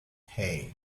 hey